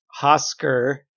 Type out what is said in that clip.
Hosker